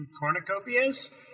Cornucopias